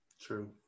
True